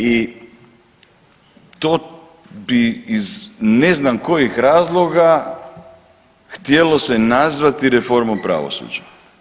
I to bi iz ne znam kojih razloga htjelo se nazvati reformom pravosuđa.